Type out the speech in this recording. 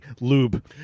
lube